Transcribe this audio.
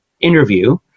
interview